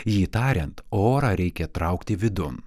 jį tariant orą reikia traukti vidun